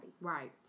right